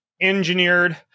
engineered